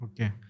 Okay